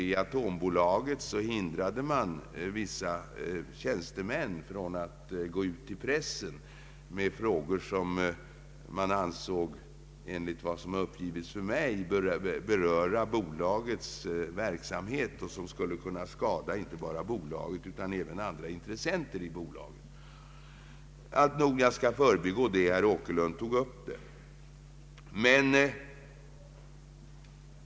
I Atombolaget hindrade man vissa tjänstemän från att gå ut till pressen med frågor som enligt vad som uppgivits för mig ansågs beröra bolagets verksamhet och som skulle kunna skada inte bara bolaget utan även intressenter i bolaget. Alltnog: jag skall förbigå det.